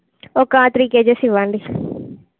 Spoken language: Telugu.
ఒక త్రీ కేజీస్ ఇవ్వండి